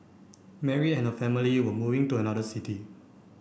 Mary and her family were moving to another city